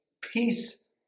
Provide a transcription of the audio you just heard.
Peace